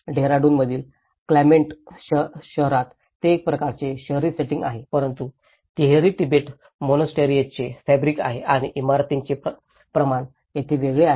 देहरादूनमधील Clement शहरात हे एक प्रकारचे शहरी सेटिंग आहे परंतु तरीही तिबेटी मोनास्टरीएसांचे फॅब्रिक आहे आणि इमारतींचे प्रमाण येथे वेगळे आहे